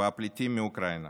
והפליטים מאוקראינה